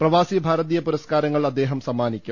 പ്രവാസി ഭാരതീയ പുരസ്കാരങ്ങൾ അദ്ദേഹം സമ്മാനിക്കും